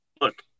look